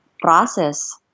process